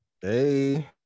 Hey